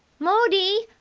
m'lady!